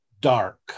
dark